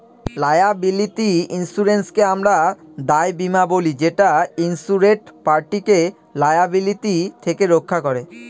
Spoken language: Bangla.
লায়াবিলিটি ইন্সুরেন্সকে আমরা দায় বীমা বলি যেটা ইন্সুরেড পার্টিকে লায়াবিলিটি থেকে রক্ষা করে